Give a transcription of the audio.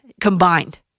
combined